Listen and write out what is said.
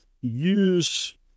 use